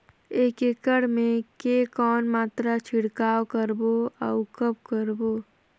एक एकड़ मे के कौन मात्रा छिड़काव करबो अउ कब करबो?